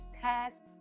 tasks